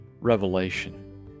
revelation